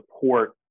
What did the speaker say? support